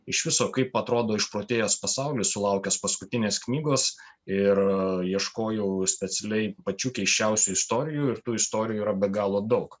iš viso kaip atrodo išprotėjęs pasaulis sulaukęs paskutinės knygos ir ieškojau specialiai pačių keisčiausių istorijų ir tų istorijų yra be galo daug